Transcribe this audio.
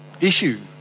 issue